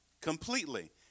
Completely